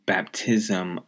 Baptism